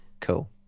cool